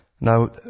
Now